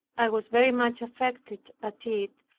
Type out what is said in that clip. i was very much affected at it,